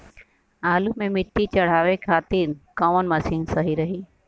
आलू मे मिट्टी चढ़ावे खातिन कवन मशीन सही रही?